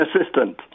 assistant